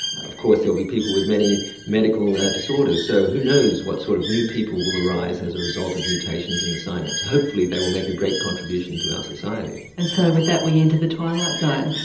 of course there will be people with many medical disorders so who knows what sort of new people will arise as a result of mutations in the synapse. hopefully they will make a great contribution to our society. and so with that we enter the twilight zone.